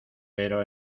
pero